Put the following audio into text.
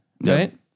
Right